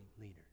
leader